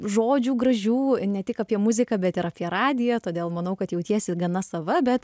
žodžių gražių ne tik apie muziką bet ir apie radiją todėl manau kad jautiesi gana sava bet